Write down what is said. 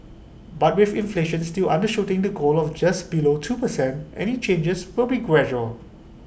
but with inflation still undershooting the goal of just below two percent any changes will be gradual